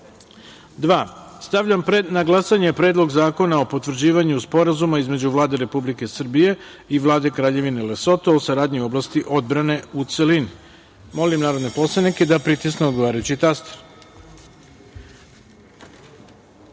reda. Stavljam na glasanje Predlog zakona o potvrđivanju Sporazuma između Vlade Republike Srbije i Vlade Kraljevine Lesoto o saradnji u oblasti odbrane, u celini. Molim